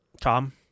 Tom